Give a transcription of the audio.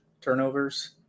turnovers